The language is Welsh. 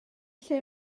lle